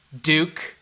Duke